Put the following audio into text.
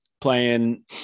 playing